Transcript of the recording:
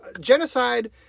genocide